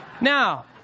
Now